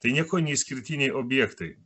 tai niekuo neišskirtiniai objektai